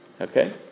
okay